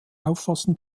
auffassen